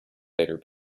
later